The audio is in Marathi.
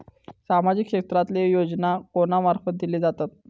सामाजिक क्षेत्रांतले योजना कोणा मार्फत दिले जातत?